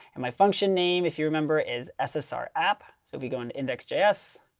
and my function name, if you remember, is ssr app. so if we go into index js,